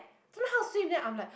don't know how to swim then I'm like